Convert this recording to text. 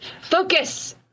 Focus